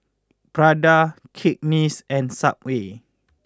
Prada Cakenis and Subway